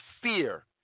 fear